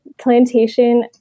plantation